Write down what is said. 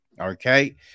Okay